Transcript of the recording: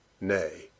nay